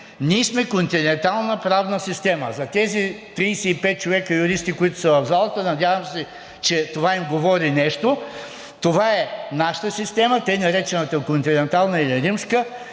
Ние сме континентална правна система. За тези 35 човека юристи, които са в залата, надявам се, че това им говори нещо. Това е нашата система, така наречената континентална или римска,